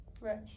Right